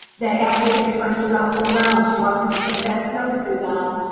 that after they first wrestle around, she wants him to put that snowsuit on,